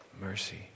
mercy